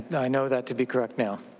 and i know that to be correct now.